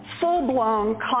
full-blown